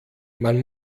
man